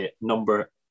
number